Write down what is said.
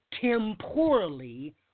temporally